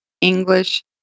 English